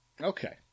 Okay